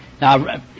now